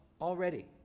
already